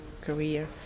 career